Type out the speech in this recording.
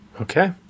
Okay